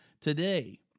today